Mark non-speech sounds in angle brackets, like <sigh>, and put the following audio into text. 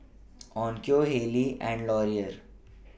<noise> Onkyo Haylee and Laurier